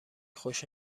خوش